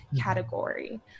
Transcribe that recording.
category